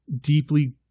deeply